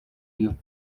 you